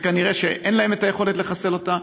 וכנראה שאין להם את היכולת לחסל אותה,